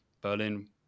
Berlin